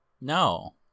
No